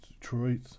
Detroit